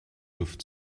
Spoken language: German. luft